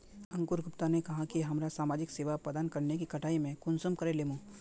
अंकूर गुप्ता ने कहाँ की हमरा समाजिक सेवा प्रदान करने के कटाई में कुंसम करे लेमु?